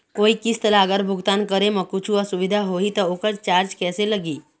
कोई किस्त ला अगर भुगतान करे म कुछू असुविधा होही त ओकर चार्ज कैसे लगी?